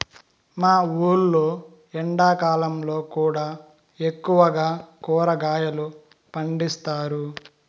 మా ఊర్లో ఎండాకాలంలో కూడా ఎక్కువగా కూరగాయలు పండిస్తారు